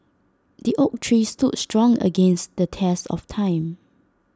the oak tree stood strong against the test of time